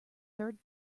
third